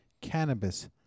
cannabis